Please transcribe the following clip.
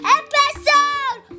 episode